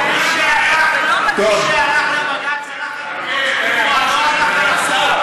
מי שהלך לבג"ץ הלך על פרוצדורה, לא על החוק.